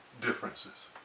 differences